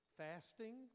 fasting